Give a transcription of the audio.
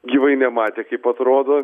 gyvai nematė kaip atrodo